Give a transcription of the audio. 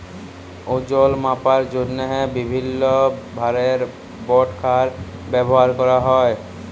ওজল মাপার জ্যনহে বিভিল্ল্য ভারের বাটখারা ব্যাভার ক্যরা হ্যয়